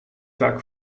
vaak